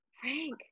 Frank